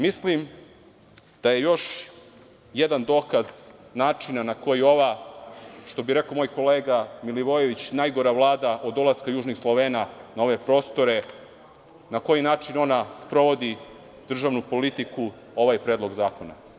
Mislim da je još jedan dokaz načina na koji ova, što bi rekao moj kolega Milivojević, najgora vlada od dolaska Južnih Slovena na ove prostore, na koji način ona sprovodi državnu politiku, je ovaj predlog zakona.